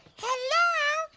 hello.